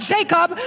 Jacob